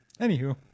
anywho